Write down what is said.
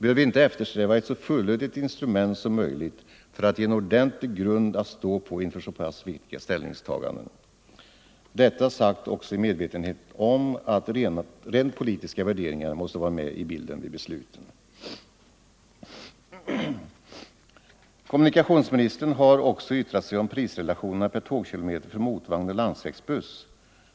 Bör vi inte eftersträva ett så fullödigt instrument som möjligt för att ge en ordentlig grund att stå på inför så pass viktiga ställningstaganden? — Detta har jag sagt också i medvetenhet om att rent politiska värderingar måste vara med i bilden vid besluten. Kommunikationsministern har också yttrat sig om prisrelationerna per tågkilometer för motorvagn och landsvägsbuss.